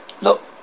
Look